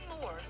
more